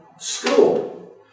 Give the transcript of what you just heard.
school